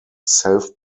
self